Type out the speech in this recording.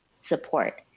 support